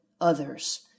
others